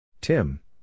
Tim